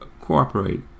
cooperate